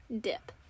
dip